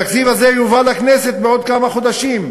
התקציב הזה יובא לכנסת בעוד כמה חודשים.